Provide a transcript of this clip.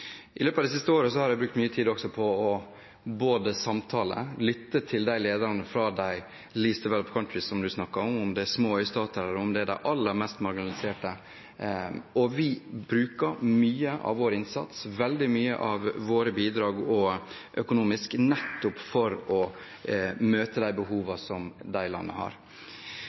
I løpet av det siste året har jeg brukt mye tid også på både å samtale med og lytte til lederne fra The Least Developed Countries, som representanten snakket om, om det er små øystater eller om det er de aller mest marginaliserte, og vi bruker mye av vår innsats og veldig mye av våre bidrag, også de økonomiske, nettopp for å møte de behovene som de landene har.